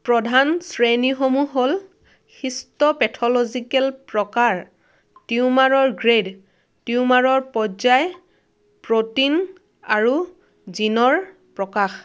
প্ৰধান শ্ৰেণীসমূহ হ'ল হিষ্ট'পেথ'লজিকেল প্ৰকাৰ টিউমাৰৰ গ্ৰেইড টিউমাৰৰ পৰ্যায় প্ৰ'টিন আৰু জিনৰ প্ৰকাশ